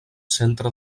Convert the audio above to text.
centre